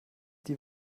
die